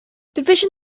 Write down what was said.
division